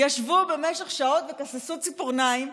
במשך שעות וכססו ציפורניים,